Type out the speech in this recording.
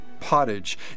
pottage